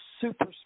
super